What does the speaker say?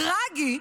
טרגי.